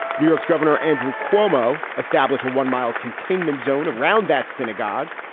new york's governor andrew cuomo established a one mild containment zone around that synagogue.